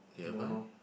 don't know